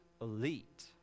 elite